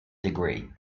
degree